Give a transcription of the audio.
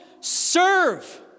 Serve